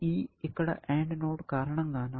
ఈ E ఇక్కడ AND node కారణంగానా